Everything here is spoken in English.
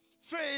Faith